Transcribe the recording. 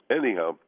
anyhow